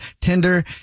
Tinder